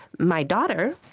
my daughter,